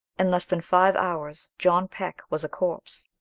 in less than five hours john peck was a corpse.